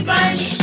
Bunch